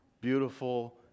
beautiful